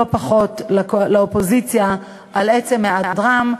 לא פחות מאשר לאופוזיציה על עצם היעדרם,